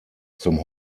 zum